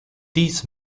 dies